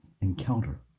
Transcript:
encounter